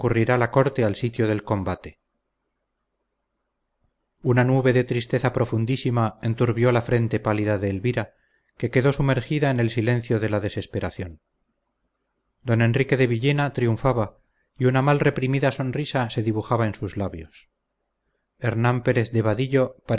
concurrirá la corte al sitio del combate una nube de tristeza profundísima enturbió la frente pálida de elvira que quedó sumergida en el silencio de la desesperación don enrique de villena triunfaba y una mal reprimida sonrisa se dibujaba en sus labios hernán pérez de vadillo